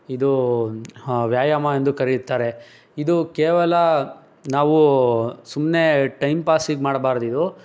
ಇದು ಆ ವ್ಯಾಯಾಮ ಎಂದು ಕರೆಯುತ್ತಾರೆ ಇದು ಕೇವಲ ನಾವು ಸುಮ್ಮನೆ ಟೈಮ್ ಪಾಸಿಗೆ ಮಾಡಬಾರ್ದಿದು